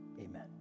Amen